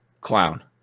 Clown